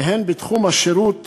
והן בתחום השירות